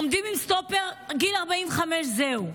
עומדים עם סטופר, גיל 45, זהו.